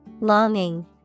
Longing